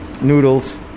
noodles